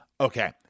okay